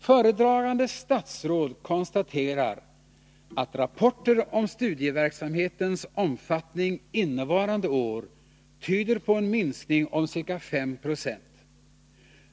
Föredragande statsråd konstaterar att rap porter om studieverksamhetens omfattning innevarande år tyder på en minskning med ca 5 20.